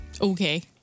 Okay